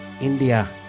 India